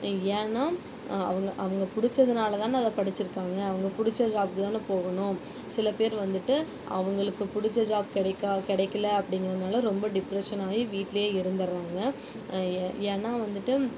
ஏன்னா அவங்க அவங்க பிடிச்சதுனால தானே அதை படித்திருக்காங்க அவங்க பிடிச்ச ஜாபுக்கு தானே போகணும் சில பேர் வந்துவிட்டு அவங்களுக்கு பிடிச்ச ஜாப் கெடைக்கல கிடைக்கில அப்படினால ரொம்ப டிப்ரெஷன் ஆகி வீட்லேயே இருந்துடுறாங்க ஏன்னா வந்துவிட்டு